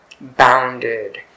bounded